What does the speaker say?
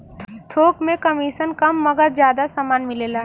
थोक में कमिसन कम मगर जादा समान मिलेला